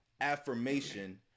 affirmation